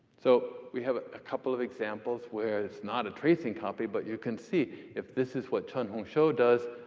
so we have a couple of examples where it's not a tracing copy. but you can see, if this is what chen hongshou does,